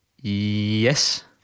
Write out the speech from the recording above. Yes